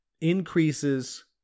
increases